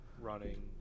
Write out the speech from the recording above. running